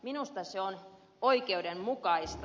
minusta se on oikeudenmukaista